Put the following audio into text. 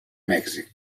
mèxic